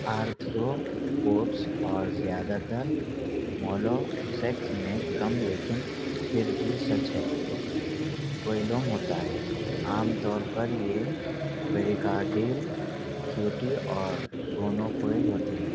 arthro pods اور زیادہ تر مولو سیکس میں کم لیکن پھر بھی سچ ہے ہوتا ہے عام طور پر یہ پیری کارڈیل کیو ٹی اور گونو کوئل ہوتے ہیں